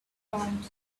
ground